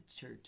church